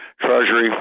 Treasury